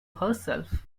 herself